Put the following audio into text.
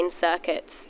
circuits